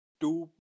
two